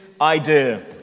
idea